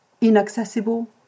inaccessible